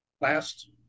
Last